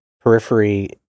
periphery